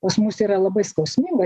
pas mus yra labai skausminga